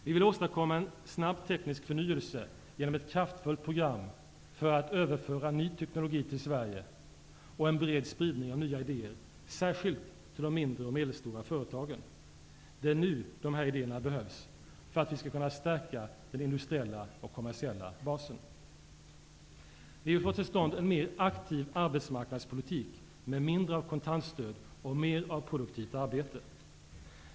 Vi vill åstadkomma en snabb teknisk förnyelse genom ett kraftfullt program för att överföra ny teknologi till Sverige och en bred spridning av nya idéer, särskilt till de mindre och medelstora företagen. Det är nu dessa idéer behövs, för att vi skall kunna stärka den industriella och kommersiella basen. Vi vill få till stånd en mer aktiv arbetsmarknadspolitik med mindre av kontantstöd och mer av produktivt arbete.